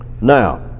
Now